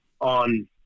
on